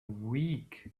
week